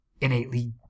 innately